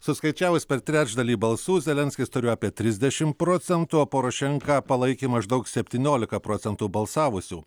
suskaičiavus per trečdalį balsų zelenskis turi apie trisdešim procentų o porošenka palaikė maždaug septyniolika procentų balsavusių